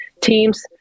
teams